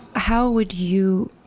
how would you